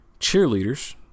cheerleaders